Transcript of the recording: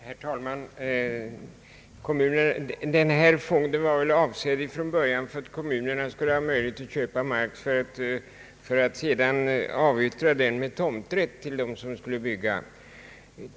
Herr talman! Denna fond var från början avsedd att ge kommunerna möjlighet att inköpa mark, för att sedan upplåta den mot tomträtt till dem som skulle bygga.